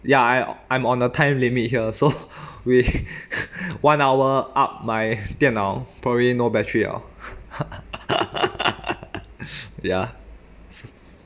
ya I o~ I'm on a time limit here so we one hour up my 电脑 probably no battery liao ya